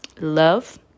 love